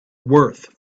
worth